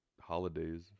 holidays